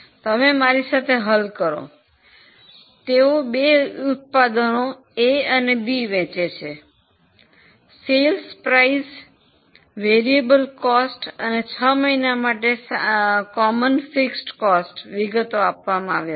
તમે મારી સાથે હલ કરો તેઓ બે ઉત્પાદનો એ અને બી વેચે છે વેચાણ કિંમત ચલિત ખર્ચ અને 6 મહિના માટે સામાન્ય સ્થિર ખર્ચની વિગતો આપવામાં આવ્યું છે